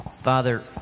Father